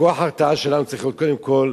כוח ההרתעה שלנו צריך להיות, קודם כול,